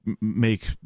make